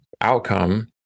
outcome